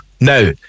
now